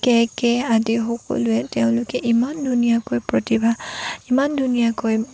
কেকে আদি সকলোৱে তেওঁলোকে ইমান ধুনীয়াকৈ প্ৰতিভা ইমান ধুনীয়াকৈ